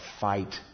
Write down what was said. fight